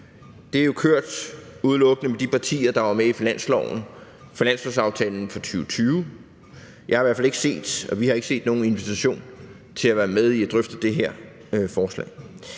Det har jo kørt udelukkende med de partier, der var med i finansloven, finanslovsaftalen for 2020. Jeg har i hvert fald ikke set, og vi har ikke set, nogen invitation til at være med til at drøfte det her forslag.